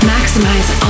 Maximize